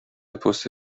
پست